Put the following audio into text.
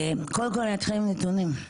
קודם כל נתחיל עם נתונים,